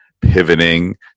pivoting